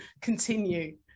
continue